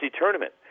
tournament